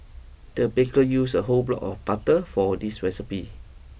the baker used a whole block of butter for this recipe